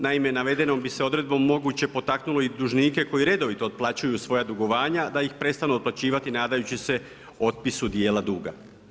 Naime, navedenom bi se odredbom moguće potaknulo i dužnike koji redovito otplaćuju svoja dugovanja da ih prestanu otplaćivati nadajući se otpisu dijela duga.